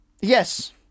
yes